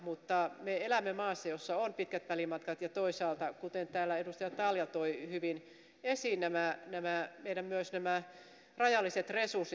me elämme maassa jossa on pitkät välimatkat ja toisaalta kuten täällä edustaja talja toi hyvin esiin ovat myös nämä rajalliset resurssit